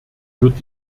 wird